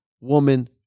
woman